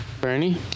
bernie